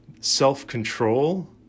self-control